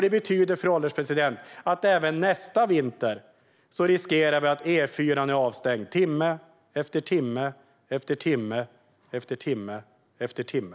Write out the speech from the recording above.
Det betyder, fru ålderspresident, att vi även nästa vinter riskerar att E4:an är avstängd timme efter timme efter timme.